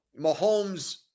Mahomes